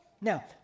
Now